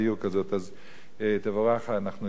אז תבורך, אנחנו נתמוך בהצעה.